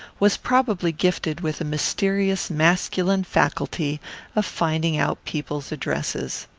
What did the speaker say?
was probably gifted with the mysterious masculine faculty of finding out people's addresses.